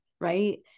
right